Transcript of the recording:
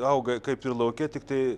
auga kaip ir lauke tiktai